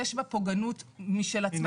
יש בה פוגענות משל עצמה.